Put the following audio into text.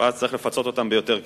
ואז צריך לפצות אותם ביותר כסף,